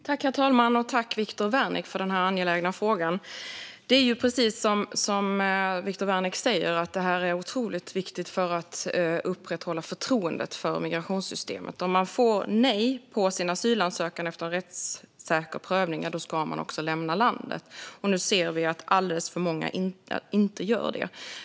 Herr talman! Tack, Viktor Wärnick, för denna angelägna fråga! Detta är precis som Viktor Wärnick säger otroligt viktigt för att upprätthålla förtroendet för migrationssystemet. Om man får nej på sin asylansökan efter en rättssäker prövning ska man lämna landet. Nu ser vi att alldeles för många inte gör det.